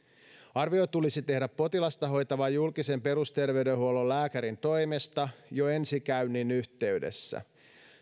arvio tulisi tehdä potilasta hoitavan julkisen perusterveydenhuollon lääkärin toimesta jo ensi käynnin yhteydessä